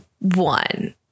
one